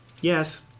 Yes